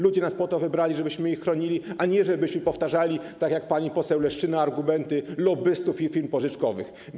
Ludzie po to nas wybrali, żebyśmy ich chronili, a nie żebyśmy powtarzali, tak jak pani poseł Leszczyna, argumenty lobbystów i firm pożyczkowych.